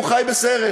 הוא חי בסרט,